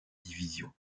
division